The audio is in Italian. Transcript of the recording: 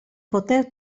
poter